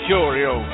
Curio